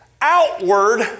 outward